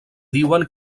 diuen